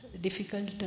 difficult